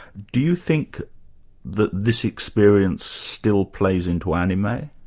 do you think that this experience still plays into anime?